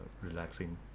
relaxing